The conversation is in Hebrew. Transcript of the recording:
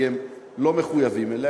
כי הם לא מחויבים אליו,